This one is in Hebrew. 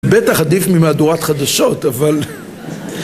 בטח עדיף ממהדורת חדשות, אבל...